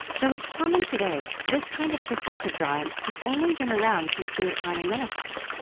though it's common today, this kind of perspective drawing has only been around since the italian renaissance.